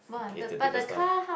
is the different style ah